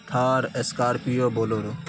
car scorpio bolero